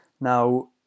Now